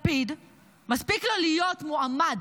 לפיד, מספיק לו להיות מועמד